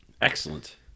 Excellent